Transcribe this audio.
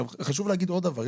חשוב להגיד עוד דבר.